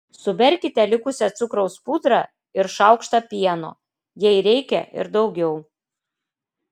suberkite likusią cukraus pudrą ir šaukštą pieno jei reikia ir daugiau